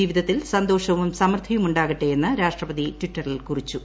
ജീവിതത്തിൽ സന്തോഷവും സമൃദ്ധിയും ഉാകട്ടെ എന്ന് രാഷ്ട്രപതി ട്വിറ്ററിൽ കുറിച്ചു